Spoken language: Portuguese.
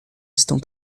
estão